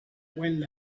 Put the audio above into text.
wind